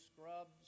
scrubs